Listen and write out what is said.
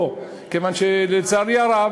לא, כיוון שלצערי הרב,